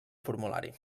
formulari